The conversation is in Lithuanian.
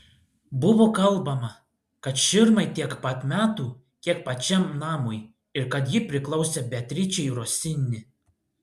buvo kalbama kad širmai tiek pat metų kiek pačiam namui ir kad ji priklausė beatričei rosini